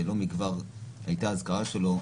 שלא מכבר הייתה האזכרה שלו.